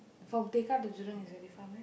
from Tekka to Jurong is very far meh